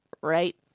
right